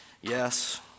Yes